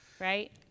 Right